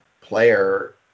player